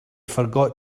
forgot